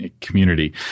community